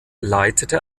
leitete